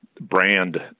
brand